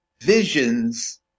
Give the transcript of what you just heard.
visions